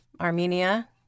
Armenia